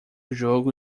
jogo